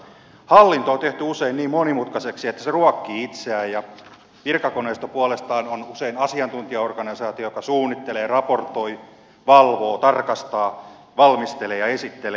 hallinto on tehty usein niin monimutkaiseksi että se ruokkii itseään ja virkakoneisto puolestaan on usein asiantuntijaorganisaatio joka suunnittelee raportoi valvoo tarkastaa valmistelee ja esittelee